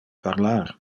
parlar